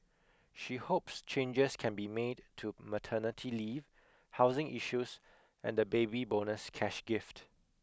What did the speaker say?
she hopes changes can be made to maternity leave housing issues and the baby bonus cash gift